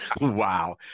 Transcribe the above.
wow